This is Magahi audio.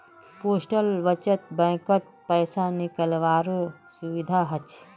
पोस्टल बचत बैंकत पैसा निकालावारो सुविधा हछ